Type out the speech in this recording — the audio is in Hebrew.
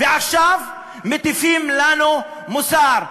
ועכשיו מטיפים לנו מוסר.